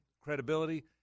credibility